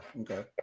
Okay